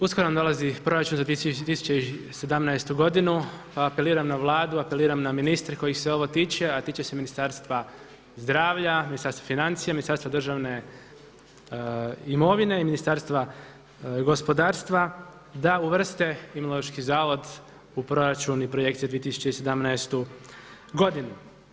Uskoro nam dolazi proračun za 2017. godinu, pa apeliram na Vladu, apeliram na ministre kojih se ovo tiče, a tiče se Ministarstva zdravlja, Ministarstva financija, Ministarstva državne imovine i Ministarstva gospodarstva, da uvrste Imunološki zavod u proračun i projekcije 2017. godinu.